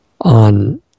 on